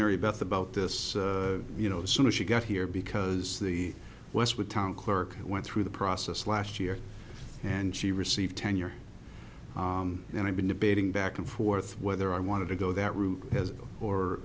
mary beth about this you know the sooner she got here because the west with town clerk went through the process last year and she received tenure and i've been debating back and forth whether i want to go that route